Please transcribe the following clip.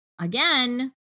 again